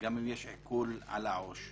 וגם אם יש עיקול על העו"ש;